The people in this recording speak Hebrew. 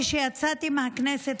כשיצאתי מהכנסת,